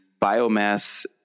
biomass